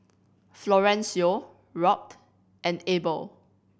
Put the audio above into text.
Florencio Robt and Abel